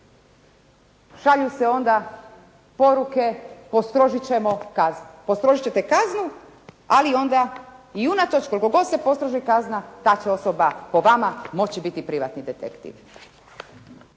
šalju se onda poruke, postrožit ćemo kazne. Postrožit ćete kaznu ali onda i unatoč koliko god se postroži kazna ta će osoba po vama moći biti privatni detektiv.